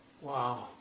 Wow